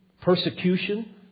persecution